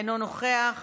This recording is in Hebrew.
אינו נוכח,